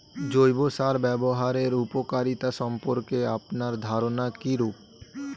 জৈব সার ব্যাবহারের উপকারিতা সম্পর্কে আপনার ধারনা কীরূপ?